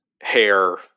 hair